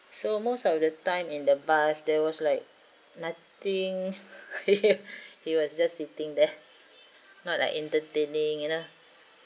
so most of the time in the bus there was like nothing he was just sitting there not like entertaining you know